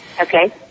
Okay